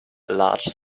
large